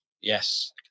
Yes